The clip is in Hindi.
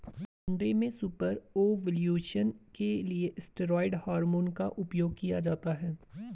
अंडे के सुपर ओव्यूलेशन के लिए स्टेरॉयड हार्मोन का उपयोग किया जाता है